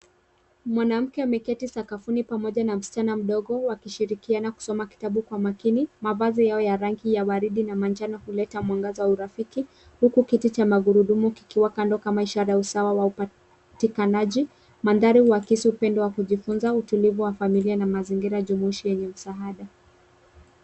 Mwanamke ameketi sakafuni pamoja na msichana mdogo wakishirikiana kusoma kitabu kwa makini. Mavazi yao ya rangi ya waridi na manjano kuleta mwangaza wa urafiki huku kiti cha magurudumu kukiwa kando kama ishara ya usawa wa upatikanaji. Mandhari uhakisi upendo wa kujifunza, utulivu wa familia na mazingira jumuishi yenye msaada.